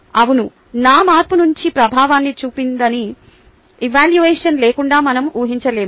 అవును నా మార్పు మంచి ప్రభావాన్ని చూపిందని ఎవాల్యువషన్ లేకుండా మనం ఊహించలేము